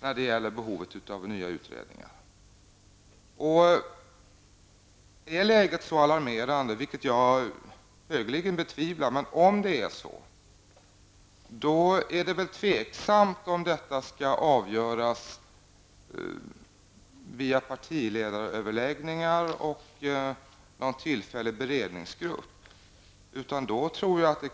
när man har diskuterat behovet av nya utredningar. Om läget är så alarmerande, vilket jag högeligen betvivlar, då är det tveksamt om man i partiledaröverläggningar och i en tillfällig beredningsgrupp skall avgöra vilka åtgärder som bör vidtas.